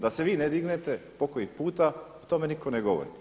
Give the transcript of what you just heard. Da se vi ne dignete, pokoji puta, o tome nitko ne govori.